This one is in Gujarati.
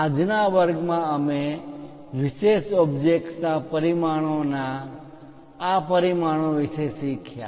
આજના વર્ગમાં અમે વિશેષ ઓબ્જેક્ટ્સના પરિમાણો ના આ પરિમાણો વિશે શીખ્યા